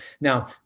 Now